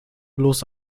bloß